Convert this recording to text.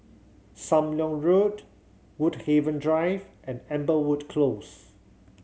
Sam Leong Road Woodhaven Drive and Amberwood Close